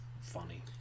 funny